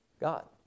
God